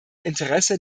interesse